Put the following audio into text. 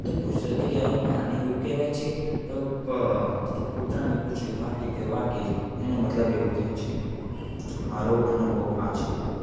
તો ગુજરાતી કહેવતમાં આને એવું કહેવાય છે કૂતરાની પૂંછડી વાંકી તે વાંકી જ એનો મતલબ એવો થાય છે મારો અનુભવ આ છે